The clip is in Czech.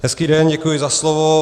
Hezký den, děkuji za slovo.